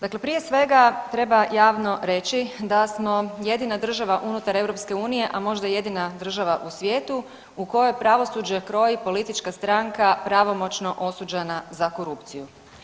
Dakle, prije svega treba javno reći da smo jedina država unutar EU, a možda i jedina država u svijetu u kojoj pravosuđe kroji politička stranka pravomoćno osuđena za korupciju.